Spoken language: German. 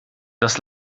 das